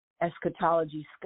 eschatology